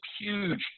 huge